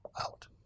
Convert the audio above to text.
out